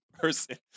person